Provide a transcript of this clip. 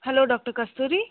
hello doctor Kasturi